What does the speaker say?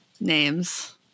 Names